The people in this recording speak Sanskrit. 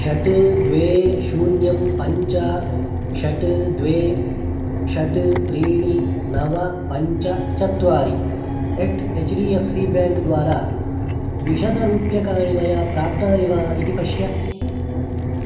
षट् द्वे शून्यं पञ्च षट् द्वे षट् त्रीणि नव पञ्च चत्वारि at H D F C bank द्वारा द्विशतरूप्यकाणि मया प्राप्तानि वा इति पश्य